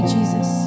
Jesus